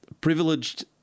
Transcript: privileged